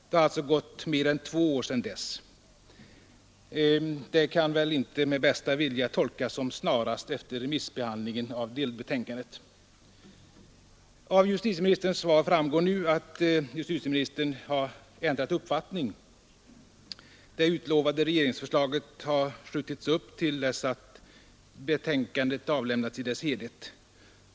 Det har alltså gått mer än två år sedan dess. Det kan inte med bästa vilja tolkas som ”snarast” efter remissbehandlingen av delbetänkandet. Av justitieministerns svar framgår nu att justitieministern har ändrat uppfattning. Det utlovade regeringsförslaget har uppskjutits till dess att betänkandet har avlämnats i sin helhet.